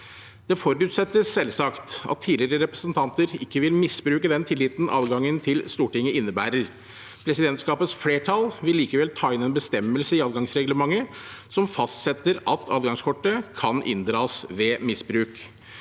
Det forutsettes selvsagt at tidligere representanter ikke vil misbruke den tilliten adgangen til Stortinget innebærer. Presidentskapets flertall vil likevel ta inn en bestemmelse i adgangsreglementet som fastsetter at adgangskortet kan inndras ved misbruk.